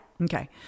Okay